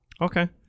Okay